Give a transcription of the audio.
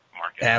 market